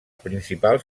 principals